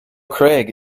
craig